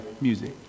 music